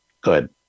good